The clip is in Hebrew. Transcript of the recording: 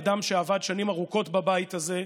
אדם שעבד שנים ארוכות בבית הזה,